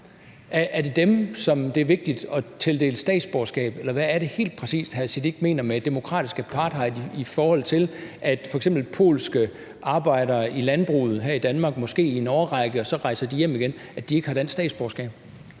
Er det dem, det er vigtigt at tildele statsborgerskab? Eller hvad er det helt præcist, hr. Sikandar Siddique mener med demokratisk apartheid, i forhold til at f.eks. polske arbejdere, som er i landbruget her i Danmark – måske i en årrække, og så rejser de hjem igen – ikke har dansk statsborgerskab?